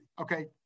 Okay